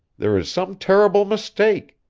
there is some terrible mistake.